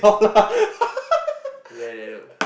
dollar